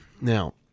Now